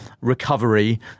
recovery